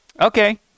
Okay